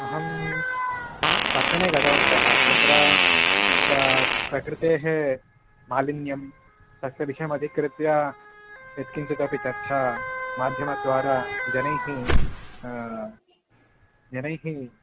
अहं पट्टने गतवन्तः तत्र प्रकृतेः मालिन्यं तस्य विषयम् अधिकृत्य यत्किञ्चितपि चर्चा माध्यमद्वारा जनैः जनैः